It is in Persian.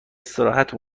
استراحت